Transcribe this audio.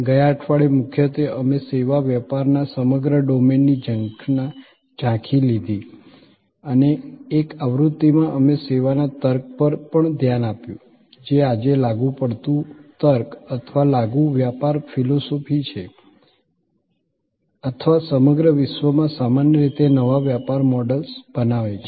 ગયા અઠવાડિયે મુખ્યત્વે અમે સેવા વ્યાપારના સમગ્ર ડોમેનની ઝાંખી લીધી અને એક આવૃત્તિમાં અમે સેવાના તર્ક પર પણ ધ્યાન આપ્યું જે આજે લાગુ પડતું તર્ક અથવા લાગુ વ્યાપાર ફિલસૂફી છે અથવા સમગ્ર વિશ્વમાં સામાન્ય રીતે નવા વ્યાપાર મોડલ્સ બનાવે છે